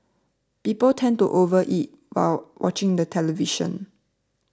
people tend to overeat while watching the television